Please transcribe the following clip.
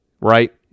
right